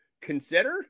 Consider